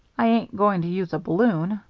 i ain't going to use a balloon,